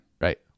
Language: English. Right